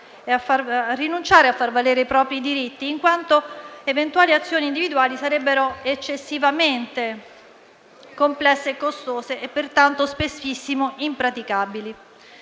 a rinunciare a far valere i propri diritti, in quanto eventuali azioni individuali sarebbero eccessivamente complesse e costose e, pertanto, spessissimo impraticabili.